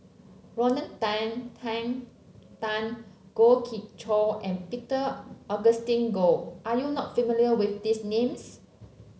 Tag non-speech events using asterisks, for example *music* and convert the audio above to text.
Rodney Tan *unintelligible* Tan Goh Ee Choo and Peter Augustine Goh are you not familiar with these names